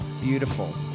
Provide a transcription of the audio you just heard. beautiful